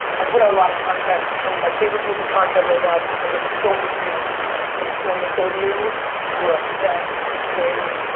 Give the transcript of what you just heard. i put out a lot of content. and my favorite piece of content right now because i get so many emails from twenty and thirty year olds who are upset, concerned,